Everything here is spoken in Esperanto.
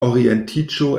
orientiĝo